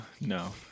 no